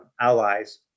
allies